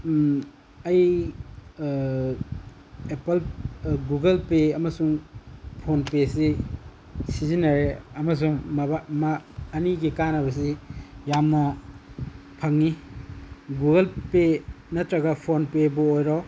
ꯑꯩ Apple Google Pay ꯑꯃꯁꯨꯡ ꯐꯣꯟꯄꯦꯁꯤ ꯁꯤꯖꯤꯟꯅꯔꯦ ꯑꯃꯁꯨꯡ ꯑꯅꯤꯒꯤ ꯀꯥꯟꯅꯕꯁꯤ ꯌꯥꯝꯅ ꯐꯪꯉꯤ ꯒꯨꯒꯜ ꯄꯦ ꯅꯠꯇ꯭ꯔꯒ ꯐꯣꯟꯄꯦꯕꯨ ꯑꯣꯏꯔꯣ